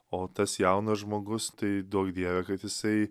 o tas jaunas žmogus tai duok dieve kad jisai